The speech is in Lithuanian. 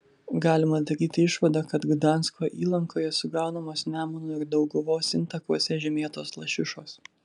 galima daryti išvadą kad gdansko įlankoje sugaunamos nemuno ir dauguvos intakuose žymėtos lašišos